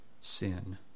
sin